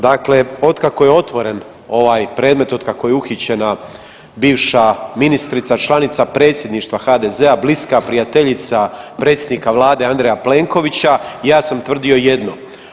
Dakle, otkako je otvoren ovaj predmet od kako je uhićena bivša ministrica članica predsjedništva HDZ-a bliska prijateljica predsjednika vlade Andreja Plenkovića ja sam tvrdio jedno.